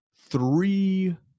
three